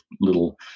little